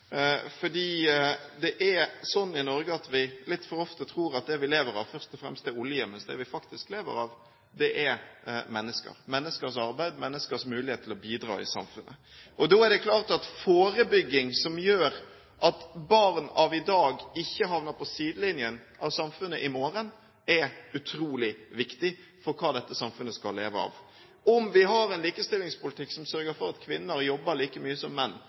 Det er slik i Norge at vi litt for ofte tror at det vi lever av, først og fremst er olje, mens det vi faktisk lever av, er mennesker, menneskers arbeid, menneskers mulighet til å bidra i samfunnet. Da er det klart at forebygging, som gjør at barn av i dag ikke havner på sidelinjen av samfunnet i morgen, er utrolig viktig for hva dette samfunnet skal leve av. At vi har en likestillingspolitikk som sørger for at kvinner jobber like mye som menn,